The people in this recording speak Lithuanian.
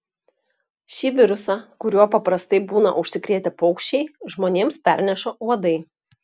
šį virusą kuriuo paprastai būna užsikrėtę paukščiai žmonėms perneša uodai